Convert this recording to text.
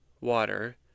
water